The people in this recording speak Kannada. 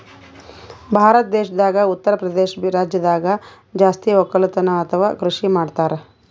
ಭಾರತ್ ದೇಶದಾಗ್ ಉತ್ತರಪ್ರದೇಶ್ ರಾಜ್ಯದಾಗ್ ಜಾಸ್ತಿ ವಕ್ಕಲತನ್ ಅಥವಾ ಕೃಷಿ ಮಾಡ್ತರ್